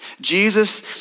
Jesus